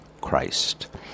Christ